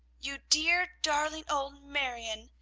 you dear, darling old marion,